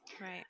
Right